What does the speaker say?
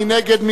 מי נגד?